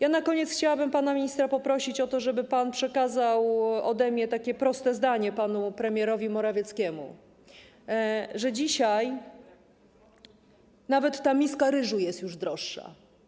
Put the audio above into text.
Na koniec chciałabym pana ministra poprosić o to, żeby pan przekazał ode mnie takie proste zdanie panu premierowi Morawieckiemu, że dzisiaj nawet ta miska ryżu jest już droższa.